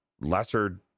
lesser